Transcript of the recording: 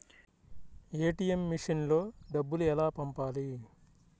ATM మెషిన్లో డబ్బులు ఎలా పంపాలి?